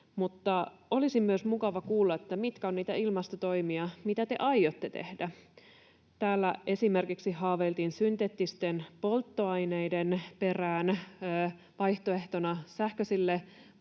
olisi myös mukava kuulla, mitkä ovat niitä ilmastotoimia, mitä te aiotte tehdä. Täällä esimerkiksi haaveiltiin synteettisten polttoaineiden perään vaihtoehtona sähköisille